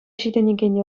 ҫитӗнекен